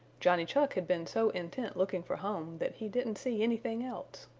johnny chuck had been so intent looking for home that he didn't see anything else.